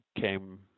came